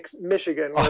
Michigan